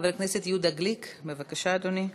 חבר הכנסת יהודה גליק, בבקשה, אדוני.